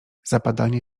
zapadanie